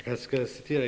Fru talman!